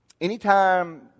Anytime